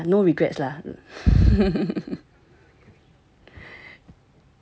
ya no regrets lah